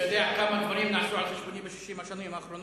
אתה יודע כמה דברים נעשו על-חשבוני ב-60 השנים האחרונות,